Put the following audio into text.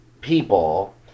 people